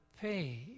pay